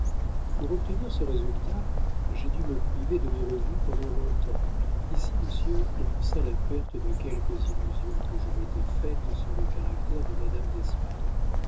pour obtenir ce résultat j'ai dû me priver de mes revenus pendant long-temps ici monsieur commença la perte de quelques illusions que je m'étais faites sur le caractère de madame d'espard